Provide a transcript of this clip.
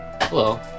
Hello